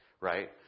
right